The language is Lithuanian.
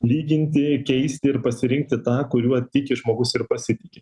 lyginti keisti ir pasirinkti tą kuriuo tiki žmogus ir pasitiki